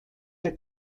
der